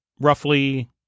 roughly